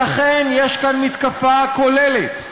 רק תענה לי לשאלה, בבקשה.